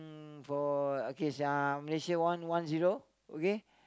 mm for okay sia Malaysia one one zero okay